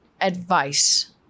advice